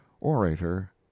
orator